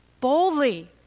boldly